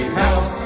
help